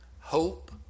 hope